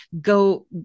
go